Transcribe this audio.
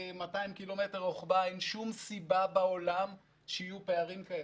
200 ק"מ רוחבה אין שום סיבה בעולם שיהיו פערים כאלה.